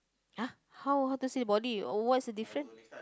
!ah! how how to see the body oh what is the different